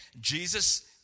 Jesus